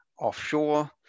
offshore